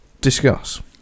Discuss